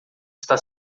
está